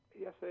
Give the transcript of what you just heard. Yes